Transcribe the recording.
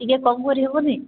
ଟିକିଏ କମ କରିହେବନି